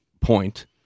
point